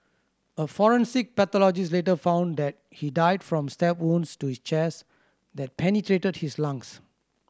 a forensic pathologist later found that he died from stab wounds to his chest that penetrated his lungs